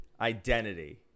identity